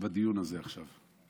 בדיון הזה עכשיו,